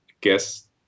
guess